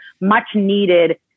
much-needed